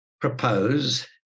propose